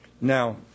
Now